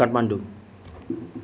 Kathmandu